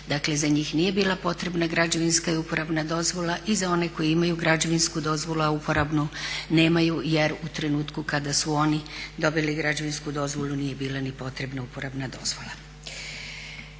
dakle za njih nije bila potrebna građevinska i uporabna dozvola i za one koji imaju građevinsku dozvolu a uporabnu nemaju jer u trenutku kada su oni dobili građevinsku dozvolu nije bila ni potrebna uporabna dozvola.